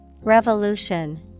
Revolution